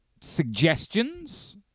suggestions